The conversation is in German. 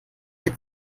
wir